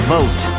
Vote